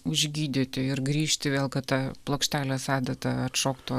užgydyti ir grįžti vėl kad ta plokštelės adata atšoktų